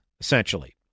essentially